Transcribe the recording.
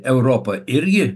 europa irgi